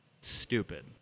stupid